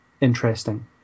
interesting